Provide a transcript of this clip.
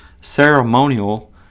ceremonial